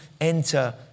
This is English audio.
enter